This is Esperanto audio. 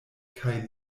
kaj